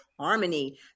Harmony